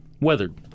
weathered